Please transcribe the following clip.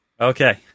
Okay